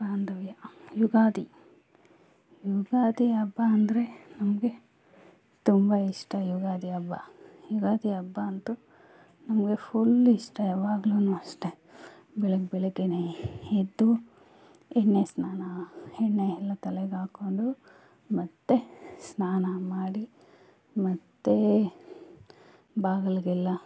ಬಾಂಧವ್ಯ ಯುಗಾದಿ ಯುಗಾದಿ ಹಬ್ಬ ಅಂದರೆ ನಮಗೆ ತುಂಬ ಇಷ್ಟ ಯುಗಾದಿ ಹಬ್ಬ ಯುಗಾದಿ ಹಬ್ಬ ಅಂತು ನಮಗೆ ಫುಲ್ಲು ಇಷ್ಟ ಯಾವಾಗ್ಲು ಅಷ್ಟೆ ಬೆಳಗ್ಗೆ ಬೆಳಗ್ಗೆ ಎದ್ದು ಎಣ್ಣೆ ಸ್ನಾನ ಎಣ್ಣೆ ಎಲ್ಲ ತಲೆಗಾಕ್ಕೊಂಡು ಮತ್ತು ಸ್ನಾನ ಮಾಡಿ ಮತ್ತು ಬಾಗಿಲ್ಗೆಲ್ಲ